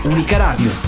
Unicaradio